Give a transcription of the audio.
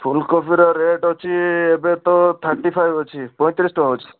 ଫୁଲକୋବିର rate ଅଛି ଏବେ ତ ଥାର୍ଟି ଫାଇଭ୍ ଅଛି ପଇଁତିରିଶ ଟଙ୍କା ଅଛି